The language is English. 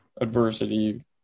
adversity